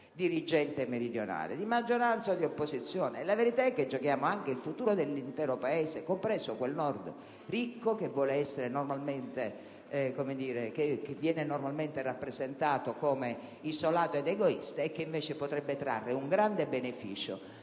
dirigente meridionale, di maggioranza o di opposizione? La verità è che giochiamo anche il futuro dell'intero Paese, compreso quel Nord ricco che viene normalmente rappresentato come isolato ed egoista e che invece potrebbe trarre un grande beneficio